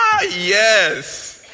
Yes